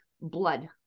blood